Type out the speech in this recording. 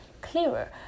clearer